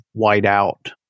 whiteout